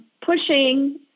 pushing